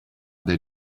their